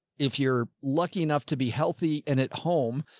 if you're lucky enough to be healthy and at home,